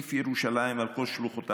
סניף ירושלים על כל שלוחותיו,